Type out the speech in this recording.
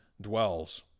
dwells